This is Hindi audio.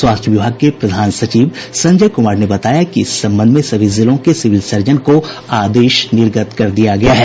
स्वास्थ्य विभाग के प्रधान सचिव संजय कुमार ने बताया कि इस संबंध में सभी जिलों के सिविल सर्जन को आदेश निर्गत कर दिया गया है